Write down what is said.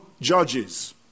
judges